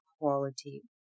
quality